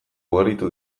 ugaritu